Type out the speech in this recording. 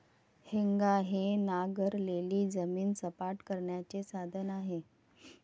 हेंगा हे नांगरलेली जमीन सपाट करण्याचे साधन आहे